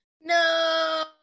No